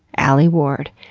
alie ward.